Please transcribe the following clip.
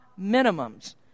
minimums